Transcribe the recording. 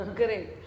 great